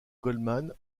goldman